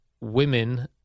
women